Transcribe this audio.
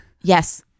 Yes